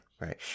Right